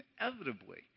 inevitably